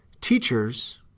teachers